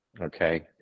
okay